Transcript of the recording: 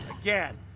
again